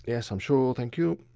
yes i'm sure, thank you.